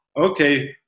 okay